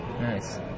Nice